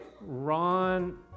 Ron